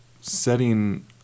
setting